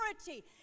authority